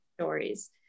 stories